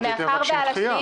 אתם מבקשים דחייה.